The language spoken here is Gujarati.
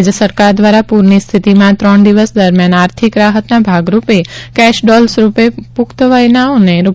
રાજ્ય સરકાર દ્વારા પૂરની સ્થિતિમાં ત્રણ દિવસ દરમિયાન આર્થિક રાહતના ભાગરૂપે કેશ ડોલ્સ રૂપે પુખ્ત વયનાઓને રૂ